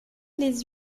les